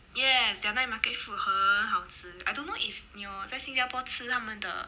yes their night market food 很好吃 I don't know if 你有在新加坡吃他们的